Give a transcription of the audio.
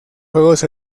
juegos